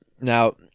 Now